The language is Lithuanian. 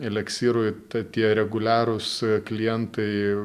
eleksyrui tai tie reguliarūs klientai